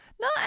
No